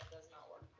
does not work